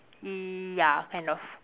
ya kind of